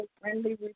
friendly